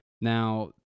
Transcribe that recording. Now